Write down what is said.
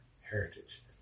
heritage